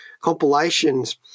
compilations